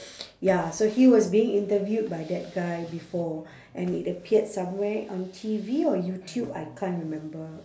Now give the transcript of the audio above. ya so he was being interviewed by that guy before and it appeared somewhere on T_V or youtube I can't remember